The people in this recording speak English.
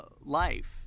life